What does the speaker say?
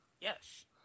Yes